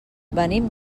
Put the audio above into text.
venim